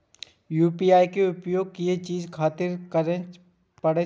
UPI के उपयोग किया चीज खातिर करें परे छे?